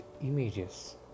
images